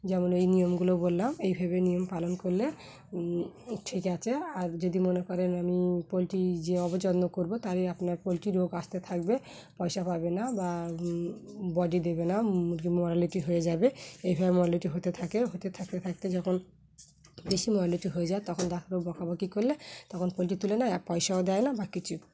যেমন এই নিয়মগুলো বললাম এইভাবে নিয়ম পালন করলে ঠিক আছে আর যদি মনে করেন আমি পোলট্রি যে অযত্ন করব তারই আপনার পোলট্রির রোগ আসতে থাকবে পয়সা পাবে না বা বডি দেবে না মুরগি মরালিটি হয়ে যাবে এইভাবে মরালিটি হতে থাকে হতে থাকতে থাকতে যখন বেশি মরালিটি হয়ে যায় তখন ডাক্তার বকাবকি করলে তখন পোলট্রি তুলে নেয় আর পয়সাও দেয় না বা কিছু